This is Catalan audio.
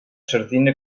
sardina